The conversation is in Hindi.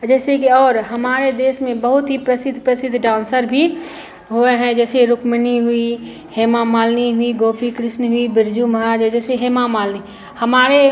अ जैसे कि और हमाड़े देश में बहुत ही प्रसिद्ध प्रसिद्ध डांसर भी हुए हैं जैसे रुक्मिणी हुई हेमा मालिनी हुई गोपी कृष्ण भी बिरजू महाराज है जैसे हेमा मालिनी हमारे